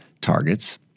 targets